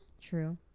True